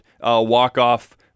walk-off